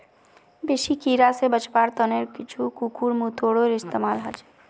बेसी कीरा स बचवार त न कुछू कुकुरमुत्तारो इस्तमाल ह छेक